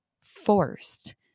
forced